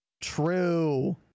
True